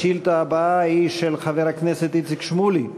השאילתה הבאה היא של חבר הכנסת איציק שמולי.